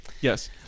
Yes